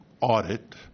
audit